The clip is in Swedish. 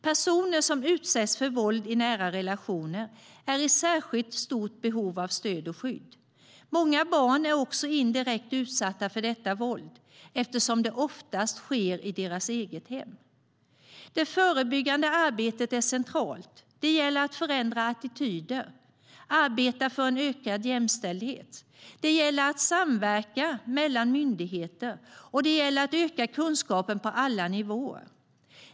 Personer som utsätts för våld i nära relationer är i särskilt stort behov av stöd och skydd. Många barn är också indirekt utsatta för detta våld eftersom det oftast sker i deras eget hem. Det förebyggande arbetet är centralt. Det gäller att förändra attityder och arbeta för en ökad jämställdhet. Det gäller att samverka mellan myndigheter, och det gäller att öka kunskapen på alla nivåer.